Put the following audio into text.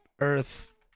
earth